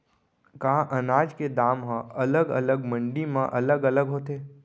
का अनाज के दाम हा अलग अलग मंडी म अलग अलग होथे?